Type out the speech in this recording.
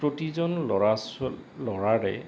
প্ৰতিজন ল'ৰা ল'ৰাৰে